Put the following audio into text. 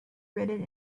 written